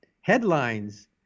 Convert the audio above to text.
headlines